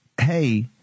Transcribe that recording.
hey